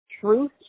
truth